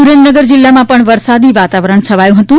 સુરેન્દ્રનગર જિલ્લામાં પણ વરસાદી વતાવરણ છવાયું હતું